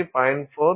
4 0